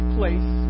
place